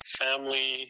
family